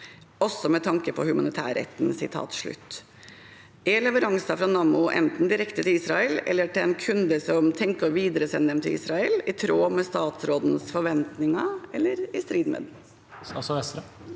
også med tanke på humanitærretten.» Er leveranser fra Nammo enten direkte til Israel eller til en kunde som tenker å videresende dem til Israel, i tråd med statsrådens forventninger eller i strid med dem?